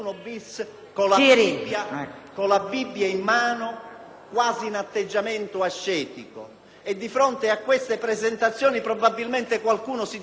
quasi in atteggiamento ascetico. Di fronte a queste presentazioni probabilmente qualcuno dimentica che questa è gente che ha sciolto altri uomini nell'acido,